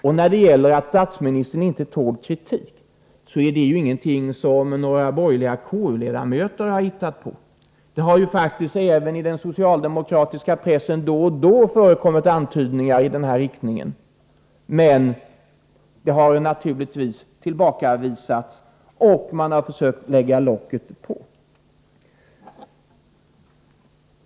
Och när det gäller att statsministern inte tål kritik, så är det ju ingenting som några borgerliga KU-ledamöter har hittat på. Det har ju faktiskt även i den socialdemokratiska pressen då och då förekommit antydningar i den här riktningen. Men det har naturligtvis tillbakavisats. Man har försökt lägga locket på.